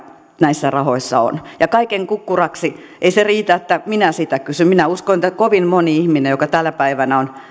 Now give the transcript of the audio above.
näissä rahoissa on ja kaiken kukkuraksi ei se riitä että minä siitä kysyn minä uskon että kovin moni ihminen joka tänä päivänä on